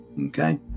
Okay